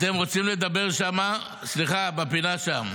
אתם רוצים לדבר שם, סליחה, בפינה שם?